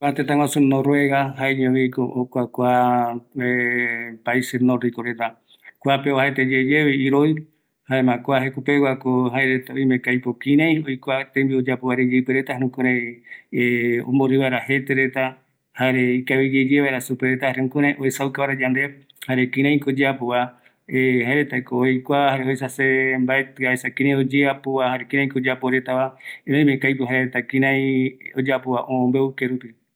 Noruega, kuape oajaeteyevi iroi, oïme jeta jembiureta, jareï oikua mbae tembiuko joureta omborɨ vaera jetereta, oïme jeta tembiu oesauka reta, jare ikavi oyekua, ëreï oïmeko aipo jaereta jembiu ikavi supeguareta, jare oesaukaretava